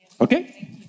Okay